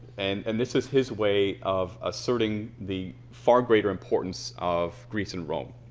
and and this is his way of asserting the far greater importance of greece and rome.